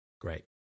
great